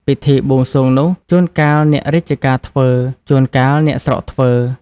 ពិធីបួងសួងនោះ ចួនកាលអ្នករាជការធ្វើ ចួនកាលអ្នកស្រុកធ្វើ ។